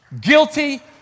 Guilty